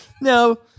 No